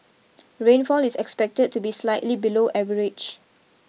rainfall is expected to be slightly below average